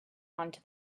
onto